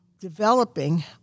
developing